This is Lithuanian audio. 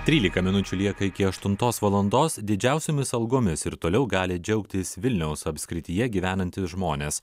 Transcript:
trylika minučių lieka iki aštuntos valandos didžiausiomis algomis ir toliau gali džiaugtis vilniaus apskrityje gyvenantys žmonės